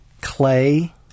clay